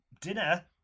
dinner